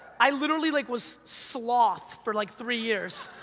i literally like was sloth for like three years.